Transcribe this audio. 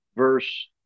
verse